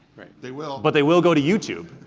they will. but they will go to youtube,